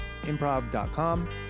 improv.com